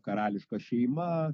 karališka šeima